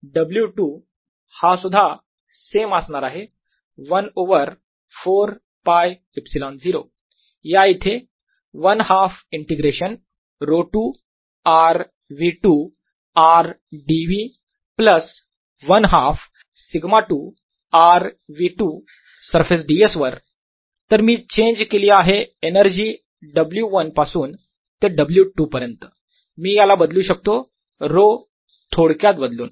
W2 हा सुद्धा same असणार आहे 1 ओवर 4 πε0 या इथे 1 half integration ρ2 r V2 r dv plus 1 half σ2 r V2 surface ds वर तर मी चेंज केली आहे एनर्जी W1 पासून ते W2 पर्यंत मी याला बदलू शकतो ρ थोडक्यात बदलून